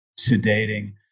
sedating